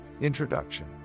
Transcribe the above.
Introduction